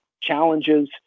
challenges